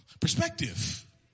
Perspective